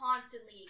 constantly